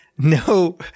No